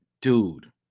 dude